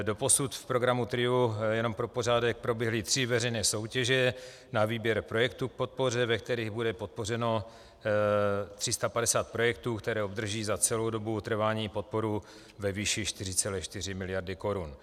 Doposud v programu TRIO, jen pro pořádek, proběhly tři veřejné soutěže na výběr projektů k podpoře, ve kterých bude podpořeno 350 projektů, které obdrží za celou dobu trvání podporu ve výši 4,4 mld. korun.